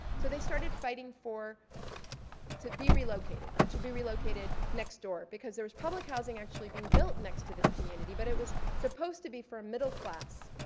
so they started fighting to be relocated, but to be relocated next door because there was public housing actually being built next to this community. but it was supposed to be for middle class